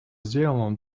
сделано